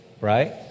right